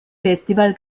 festival